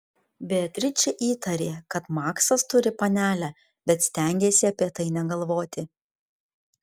beatričė įtarė kad maksas turi panelę bet stengėsi apie tai negalvoti